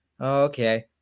okay